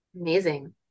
Amazing